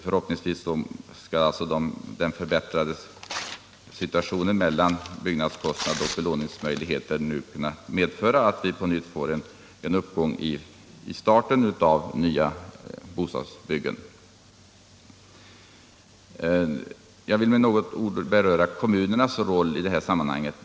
Förhoppningsvis skall den förbättrade överensstämmelsen mellan byggnadskostnader och belåningsmöjligheter nu kunna medföra en ny uppgång i igångsättandet av nya bostadsbyggen. Jag vill med några ord beröra kommunernas roll i detta sammanhang.